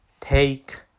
take